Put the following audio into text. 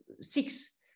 six